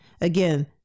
Again